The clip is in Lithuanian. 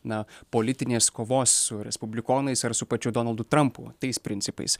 na politinės kovos su respublikonais ar su pačiu donaldu trampu tais principais